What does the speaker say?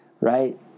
Right